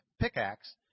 pickaxe